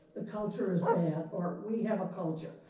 the culture is bad, or we have a culture.